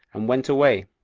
and went away,